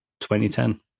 2010